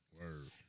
Word